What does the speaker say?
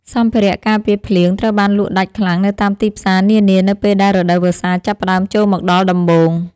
សម្ភារៈការពារភ្លៀងត្រូវបានលក់ដាច់ខ្លាំងនៅតាមទីផ្សារនានានៅពេលដែលរដូវវស្សាចាប់ផ្តើមចូលមកដល់ដំបូង។